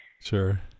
Sure